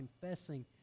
confessing